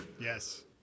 yes